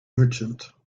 merchant